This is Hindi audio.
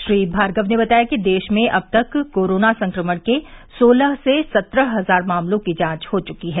श्री भार्गव ने बताया कि देश में अब तक कोरोना संक्रमण के सोलह से सत्रह हजार मामलों की जांच हो चुकी है